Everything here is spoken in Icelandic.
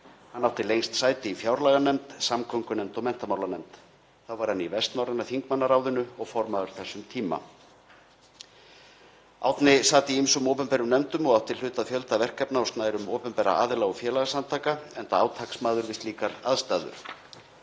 Hann átti lengst sæti í fjárlaganefnd, samgöngunefnd og menntamálanefnd. Þá var hann í Vestnorræna þingmannaráðinu og formaður þess um tíma. Árni sat í ýmsum opinberum nefndum og átti hlut að fjölda verkefna á snærum opinberra aðila og félagasamtaka enda átaksmaður við slíkar aðstæður.